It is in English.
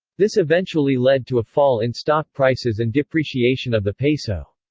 this eventually led to a fall in stock prices and depreciation of the peso.